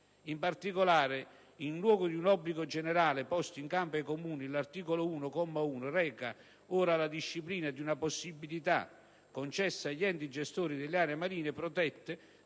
In particolare, in luogo di un obbligo generale posto in capo ai Comuni, l'articolo 1, comma 1, reca ora la disciplina di una "possibilità" concessa agli enti gestori delle aree marine protette